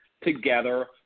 together